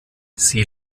sie